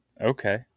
Okay